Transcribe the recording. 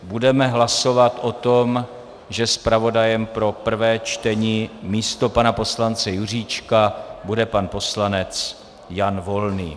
Budeme hlasovat o tom, že zpravodajem pro prvé čtení místo pana poslance Juříčka bude pan poslanec Jan Volný.